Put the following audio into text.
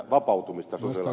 herra puhemies